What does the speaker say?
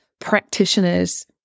practitioners